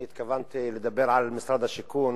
אני התכוונתי לדבר על משרד השיכון,